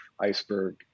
iceberg